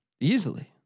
Easily